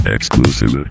Exclusive